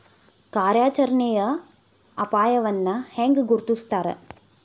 ಕಾರ್ಯಾಚರಣೆಯ ಅಪಾಯವನ್ನ ಹೆಂಗ ಗುರ್ತುಸ್ತಾರ